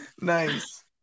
nice